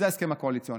זה ההסכם הקואליציוני.